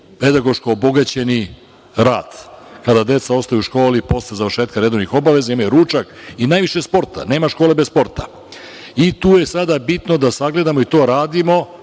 pedagoško obogaćeni rad kada deca ostaju u školi posle završetka redovnih obaveza, imaju ručak i najviše sporta, nema škole bez sporta. Tu je sada bitno da sagledamo i to radimo